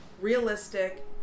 Realistic